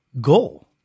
goal